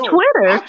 Twitter